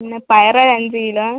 പിന്നെ പയർ ഒരു അഞ്ച് കിലോ